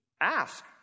ask